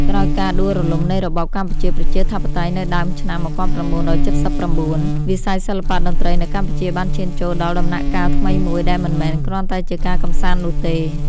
ក្រោយការដួលរំលំនៃរបបកម្ពុជាប្រជាធិបតេយ្យនៅដើមឆ្នាំ ១៩៧៩ វិស័យសិល្បៈតន្ត្រីនៅកម្ពុជាបានឈានចូលដល់ដំណាក់កាលថ្មីមួយ ដែលមិនមែនគ្រាន់តែជាការកម្សាន្តនោះទេ។